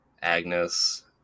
*Agnes*